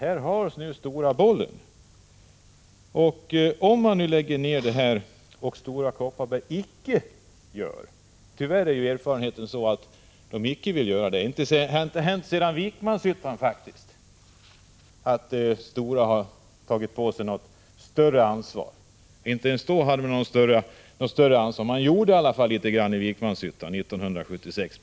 Här har nu Stora bollen. Det har inte hänt sedan verksamheten i Vikmanshyttan var aktuell att företaget tagit på sig något större ansvar. Man gjorde i alla fall något litet i Vikmanshyttan på hösten 1976.